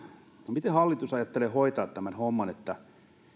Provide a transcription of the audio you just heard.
miten hallitus ajattelee hoitaa tämän homman